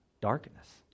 darkness